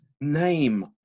name